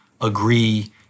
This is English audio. agree